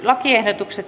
puhemies